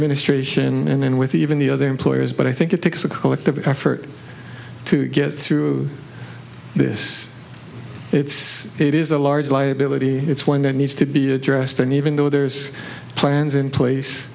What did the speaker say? ministration and then with even the other employees but i think it takes a collective effort to get through this it's it is a large liability it's one that needs to be addressed and even though there's plans in place